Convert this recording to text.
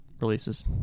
releases